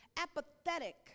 apathetic